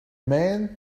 man